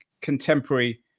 contemporary